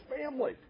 family